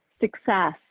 success